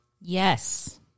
Yes